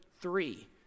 three